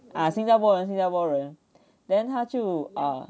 ah 新加坡新加坡人 then 他就 err